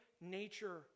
nature